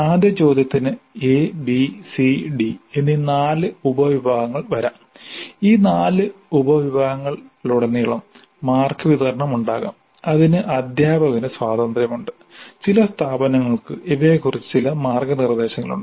ആദ്യ ചോദ്യത്തിന് A B C D എന്നീ നാല് ഉപവിഭാഗങ്ങൾ വരാം ഈ നാല് ഉപവിഭാഗങ്ങളിലുടനീളം മാർക്ക് വിതരണം ഉണ്ടാകാം അതിന് അധ്യാപകന് സ്വാതന്ത്ര്യമുണ്ട് ചില സ്ഥാപനങ്ങൾക്ക് ഇവയെക്കുറിച്ച് ചില മാർഗ്ഗനിർദ്ദേശങ്ങൾ ഉണ്ട്